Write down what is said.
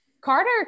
Carter